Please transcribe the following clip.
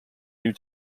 new